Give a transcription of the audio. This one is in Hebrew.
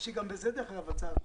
יש לי גם בזה הצעת חוק.